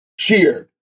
cheered